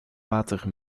water